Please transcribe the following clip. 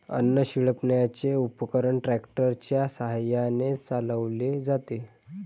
अन्न शिंपडण्याचे उपकरण ट्रॅक्टर च्या साहाय्याने चालवले जाते